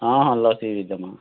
ହଁ ହଁ ଲସି ବି ଦେମା